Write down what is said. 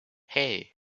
hey